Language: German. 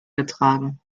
getragen